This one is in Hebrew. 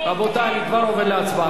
רבותי, אני כבר עובר להצבעה.